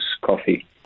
coffee